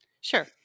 Sure